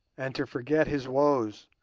and to forget his woes,